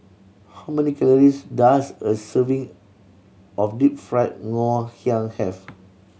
how many calories does a serving of Deep Fried Ngoh Hiang have